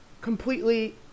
completely